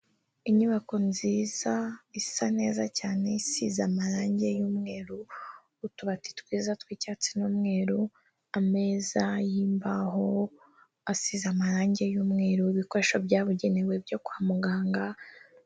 Inyubako nziza isa neza cyane isize amarangi y'umweru, utubati twiza tw'icyatsi n'umweru, ameza y'imbaho asize amarangi y'umweru, ibikoresho byabugenewe byo kwa muganga.